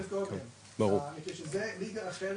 מפני שזה ליגה אחרת,